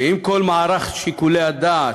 שעם כל מערך שיקולי הדעת,